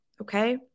okay